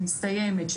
שמסתיימת,